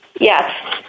Yes